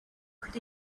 could